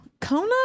Kona